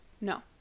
No